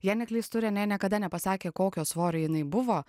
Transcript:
jei neklystu renė niekada nepasakė kokio svorio jinai buvo